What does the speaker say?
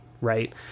right